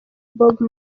bob